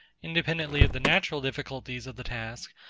independently of the natural difficulties of the task,